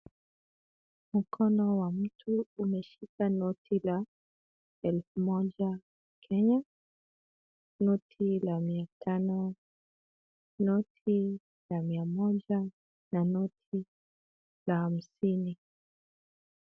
Mkono wa mtu umeshika noti la elfu moja ya Kenya, noti la mia tano, noti la mia moja na noti la hamsini.